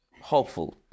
hopeful